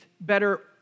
better